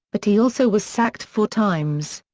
but he also was sacked four times.